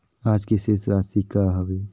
आज के शेष राशि का हवे?